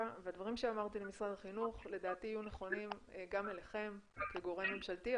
והדברים שאמרתי למשרד החינוך לדעתי יהיו נכונים גם אליכם כגורם ממשלתי,